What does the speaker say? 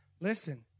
Listen